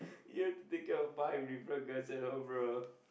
you thinking of five different girls at home bro